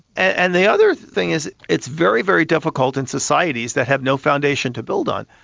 and the other thing is it's very, very difficult in societies that have no foundation to build on.